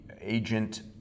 agent